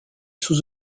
sous